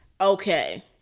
okay